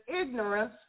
ignorance